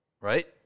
right